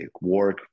work